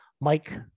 Mike